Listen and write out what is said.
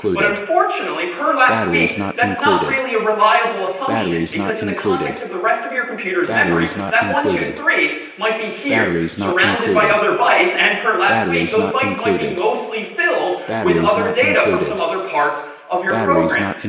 but unfortunately, per last week, that's not really a reliable assumption, because in the context of the rest of your computer's memory, that one, two, three, might be here surrounded by other bytes. and per last week those bytes might be mostly filled with other data from some other parts of your program.